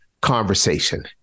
conversation